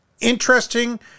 interesting